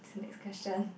next question